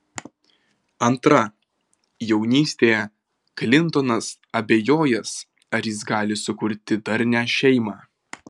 antra jaunystėje klintonas abejojęs ar jis gali sukurti darnią šeimą